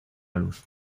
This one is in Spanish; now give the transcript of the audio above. luz